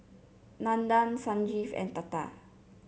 Nandan Sanjeev and Tata